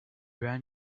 ran